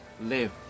live